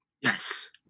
Yes